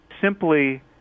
simply